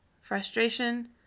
frustration